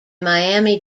miami